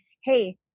hey